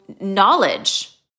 knowledge